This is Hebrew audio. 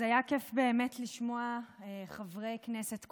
אז היה כיף באמת לשמוע חברי כנסת,